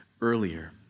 earlier